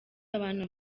abantu